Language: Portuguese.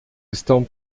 estão